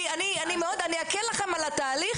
אני אקל לכם על התהליך.